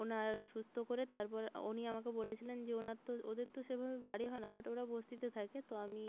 ওনার সুস্থ করে তারপর উনি আমাকে বলেছিলেন যে ওনার তো ওদের তো সেভাবে বাড়ি হয় না বাট ওরা বস্তিতে থাকে তো আমি